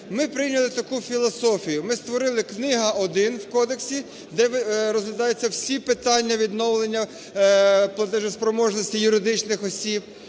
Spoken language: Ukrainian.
ми прийняли таку філософію. Ми створили: книга 1 в Кодексі, де розглядаються всі питання відновлення платежеспроможності юридичних осіб;